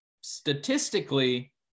statistically